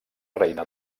reina